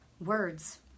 Words